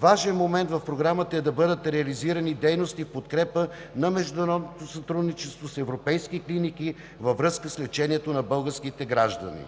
Важен момент в Програмата е да бъдат реализирани дейности в подкрепа на международното сътрудничество с европейски клиники във връзка с лечението на българските граждани.